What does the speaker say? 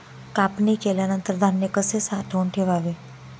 कापणी केल्यानंतर धान्य कसे साठवून ठेवावे?